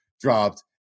dropped